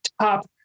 top